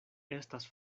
estas